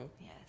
Yes